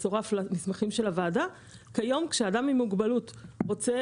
באחת הרכבות המעלית לא עבדה, והיא הייתה צריכה